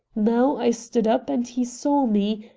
now i stood up and he saw me.